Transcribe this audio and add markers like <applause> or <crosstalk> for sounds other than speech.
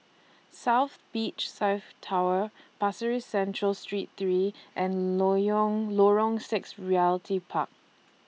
South Beach South Tower Pasir Ris Central Street three and <unintelligible> Lorong six Realty Park